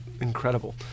incredible